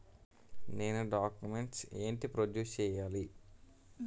నేను డాక్యుమెంట్స్ ఏంటి ప్రొడ్యూస్ చెయ్యాలి?